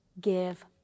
give